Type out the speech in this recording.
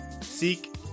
seek